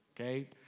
okay